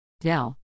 Dell